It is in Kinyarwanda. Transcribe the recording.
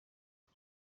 ubu